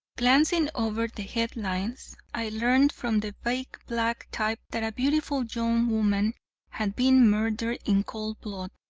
glancing over the headlines, i learned from the big black type that a beautiful young woman had been murdered in cold blood.